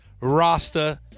Rasta